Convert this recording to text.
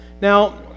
Now